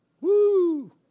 Woo